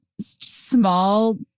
small